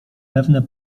pewne